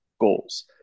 goals